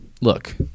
look